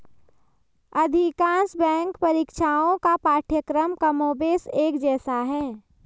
अधिकांश बैंक परीक्षाओं का पाठ्यक्रम कमोबेश एक जैसा है